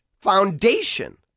foundation